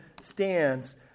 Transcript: stands